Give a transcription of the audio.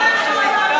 אז תגיד את זה.